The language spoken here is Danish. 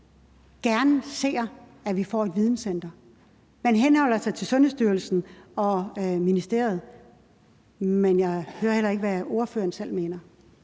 gerne ser, at vi får et videncenter? Man henholder sig til Sundhedsstyrelsen og ministeriet, men jeg hører ikke, hvad ordføreren selv mener.